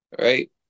right